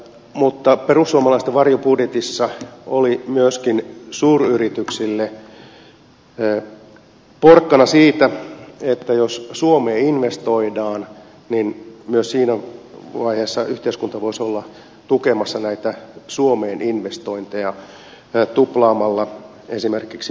mutta perussuomalaisten varjobudjetissa oli myöskin suuyrityksille se porkkana että jos suomeen investoidaan niin myös siinä vaiheessa yhteiskunta voisi olla tukemassa näitä suomeen investointeja tuplaamalla esimerkiksi poistojen määrän kahdella